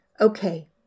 Okay